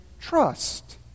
trust